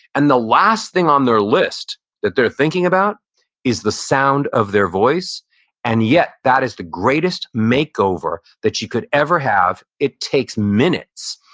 and the last thing on their list that they're thinking about is the sound of their voice and yet, that is the greatest makeover that you could ever have. it takes minutes.